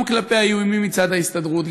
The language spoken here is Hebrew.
גם כלפי האיומים מצד ההסתדרות,